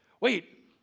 Wait